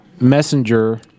messenger